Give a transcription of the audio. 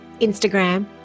Instagram